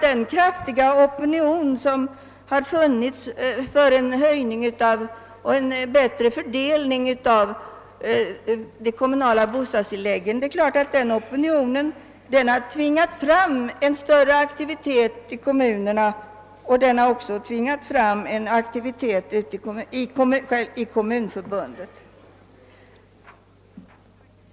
Den kraftiga opinionen för en höj-' ning och en bättre fördelning av de kommunala bostadstilläggen har tvingat fram en större aktivitet i kommunerna och i Kommunförbundet.